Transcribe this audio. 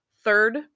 third